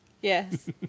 Yes